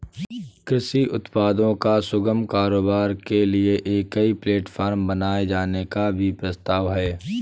कृषि उत्पादों का सुगम कारोबार के लिए एक ई प्लेटफॉर्म बनाए जाने का भी प्रस्ताव है